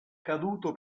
caduto